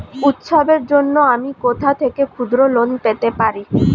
উৎসবের জন্য আমি কোথা থেকে ক্ষুদ্র লোন পেতে পারি?